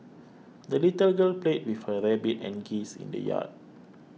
the little girl played with her rabbit and geese in the yard